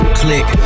click